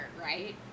right